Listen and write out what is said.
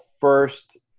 first